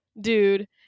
dude